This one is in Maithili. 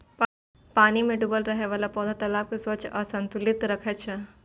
पानि मे डूबल रहै बला पौधा तालाब कें स्वच्छ आ संतुलित राखै छै